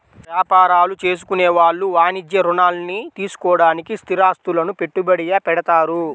యాపారాలు చేసుకునే వాళ్ళు వాణిజ్య రుణాల్ని తీసుకోడానికి స్థిరాస్తులను పెట్టుబడిగా పెడతారు